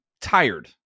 tired